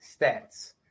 stats